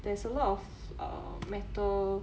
there's a lot of uh metal